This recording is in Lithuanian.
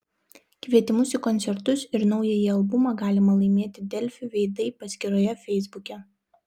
kvietimus į koncertus ir naująjį albumą galima laimėti delfi veidai paskyroje feisbuke